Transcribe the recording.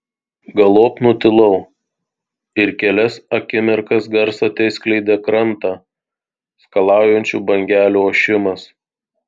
galop nutilau ir kelias akimirkas garsą teskleidė krantą skalaujančių bangelių ošimas